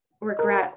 regret